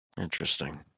Interesting